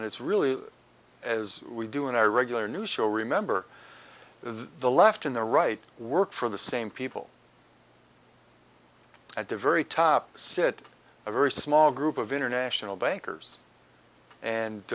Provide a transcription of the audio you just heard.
and it's really as we do and i regular news show remember the left and the right work for the same people at the very top sit a very small group of international bankers